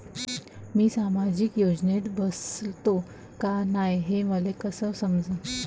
मी सामाजिक योजनेत बसतो का नाय, हे मले कस समजन?